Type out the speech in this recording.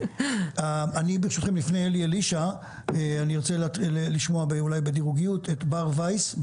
אני ארצה לשמוע את בר וייס.